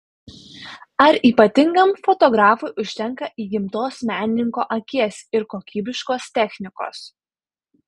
ar ypatingam fotografui užtenka įgimtos menininko akies ir kokybiškos technikos